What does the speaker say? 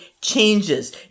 changes